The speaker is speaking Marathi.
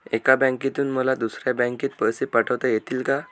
एका बँकेतून मला दुसऱ्या बँकेत पैसे पाठवता येतील का?